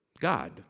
God